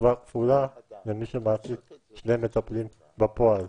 קצבה כפולה למי שמעסיק שני מטפלים בפועל.